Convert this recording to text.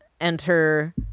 enter